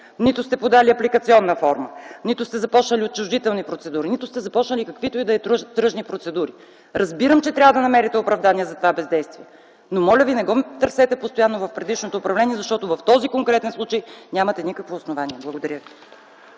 Нито сте подали апликационна форма, нито сте започнали отчуждителни процедури, нито сте започнали каквито и да е било тръжни процедури. Разбирам, че трябва да намерите оправдание за това бездействие, но моля Ви: не го търсете постоянно в предишното управление, защото в този конкретен случай нямате никакво основание! Благодаря ви.